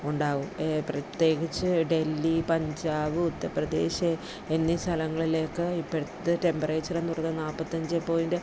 ഉണ്ടാവും പ്രത്യേകിച്ച് ഡെല്ലി പഞ്ചാബ് ഉത്തർപ്രദേശ് എന്നീ സ്ഥലങ്ങളിലേക്ക് ഇപ്പോഴത്തെ ടെംപറേച്ചർ എന്നു പറഞ്ഞാൽ നാൽപ്പത്തി അഞ്ച് പോയിൻറ്റ്